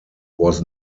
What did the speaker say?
was